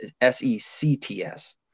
S-E-C-T-S